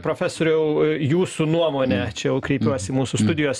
profesoriau jūsų nuomone čia jau kreipiuosi į mūsų studijos